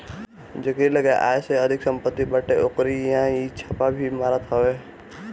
जेकरी लगे आय से अधिका सम्पत्ति बाटे ओकरी इहां इ छापा भी मारत हवे